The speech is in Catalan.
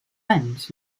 anys